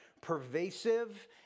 Pervasive